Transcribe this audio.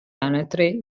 anatre